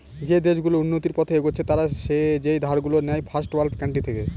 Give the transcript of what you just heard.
যে দেশ গুলো উন্নতির পথে এগচ্ছে তারা যেই ধার গুলো নেয় ফার্স্ট ওয়ার্ল্ড কান্ট্রি থেকে